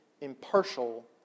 impartial